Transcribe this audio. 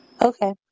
Okay